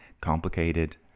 complicated